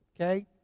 Okay